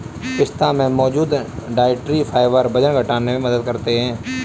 पिस्ता में मौजूद डायट्री फाइबर वजन घटाने में मदद करते है